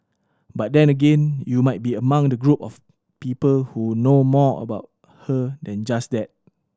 but then again you might be among the group of people who know more about her than just that